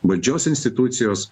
valdžios institucijos